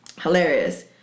Hilarious